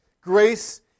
Grace